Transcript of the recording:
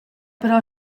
però